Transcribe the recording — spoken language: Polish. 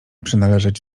przynależeć